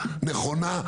נכונה.